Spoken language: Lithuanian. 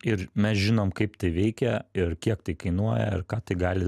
ir mes žinom kaip tai veikia ir kiek tai kainuoja ir ką tai gali